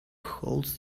holds